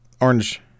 orange